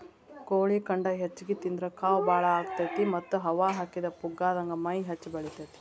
ಕೋಳಿ ಖಂಡ ಹೆಚ್ಚಿಗಿ ತಿಂದ್ರ ಕಾವ್ ಬಾಳ ಆಗತೇತಿ ಮತ್ತ್ ಹವಾ ಹಾಕಿದ ಪುಗ್ಗಾದಂಗ ಮೈ ಹೆಚ್ಚ ಬೆಳಿತೇತಿ